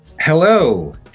Hello